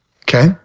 Okay